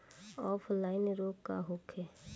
Offline रोग का होखे?